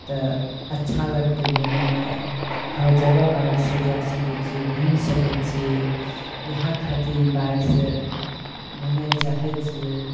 तऽ अच्छा लगतइ घुमयमे हर जगह बाइकसँ जा सकय छियै घुमि सकय छियै इएह खातिर बाइकसँ घुमय लए चाहय छियै